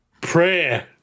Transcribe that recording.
Prayer